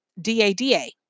D-A-D-A